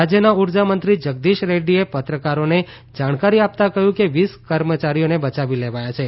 રાજયના ઉર્જા મંત્રી જગદીશ રેટ્ટીએ પત્રકારોને જાણકારી આપતા કહ્યું હતું કે વીસ કર્મચારીઓને બયાવી લેવાયા છે